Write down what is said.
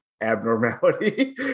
abnormality